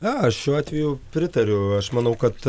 na aš šiuo atveju pritariu aš manau kad